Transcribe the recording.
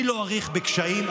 אני לא אאריך בקשיים.